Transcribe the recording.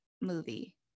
movie